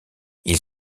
ils